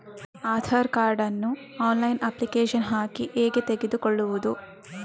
Aadhaar card ನ್ನು online application ಹಾಕಿ ಹೇಗೆ ತೆಗೆದುಕೊಳ್ಳುವುದು?